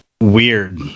weird